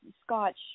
Scotch